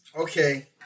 Okay